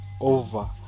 over